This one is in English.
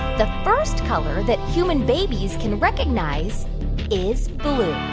the first color that human babies can recognize is blue?